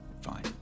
fine